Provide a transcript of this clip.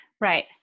Right